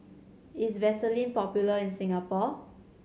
is Vaselin popular in Singapore